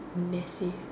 massive